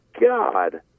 God